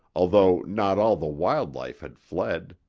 although not all the wild life had fled.